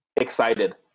excited